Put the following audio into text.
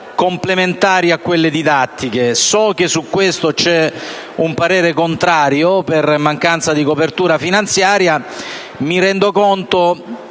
Grazie,